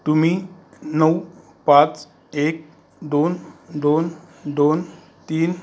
तुम्ही नऊ पाच एक दोन दोन दोन तीन